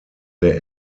der